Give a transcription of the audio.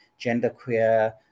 genderqueer